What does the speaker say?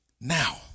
Now